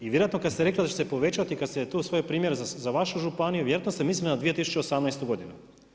I vjerojatno kad ste rekli da će se povećati, kad ste tu svoj primjer za vašu županiju vjerojatno ste mislili na 2018. godinu.